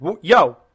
Yo